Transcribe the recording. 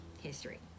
history